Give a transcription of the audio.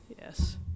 Yes